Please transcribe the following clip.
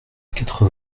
quatre